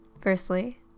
Firstly